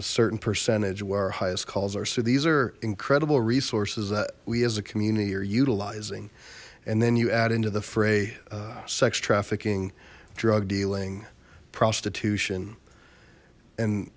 a certain percentage where our highest calls are so these are incredible resources that we as a community are utilizing and then you add into the fray sex trafficking drug dealing prostitution and